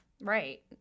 Right